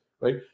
right